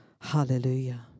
Hallelujah